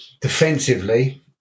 defensively